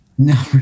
No